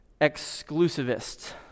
exclusivist